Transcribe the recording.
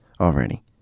already